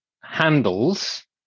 handles